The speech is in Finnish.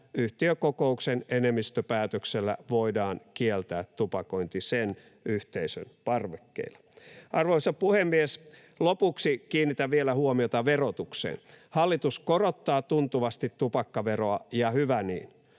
yhtiökokouksen enemmistöpäätöksellä voidaan kieltää tupakointi sen yhteisön parvekkeilla. Arvoisa puhemies! Lopuksi kiinnitän vielä huomiota verotukseen. Hallitus korottaa tuntuvasti tupakkaveroa, ja hyvä niin,